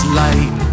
light